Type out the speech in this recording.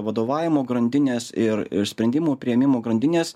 vadovavimo grandinės ir sprendimų priėmimo grandinės